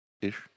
ish